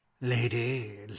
Lady